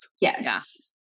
Yes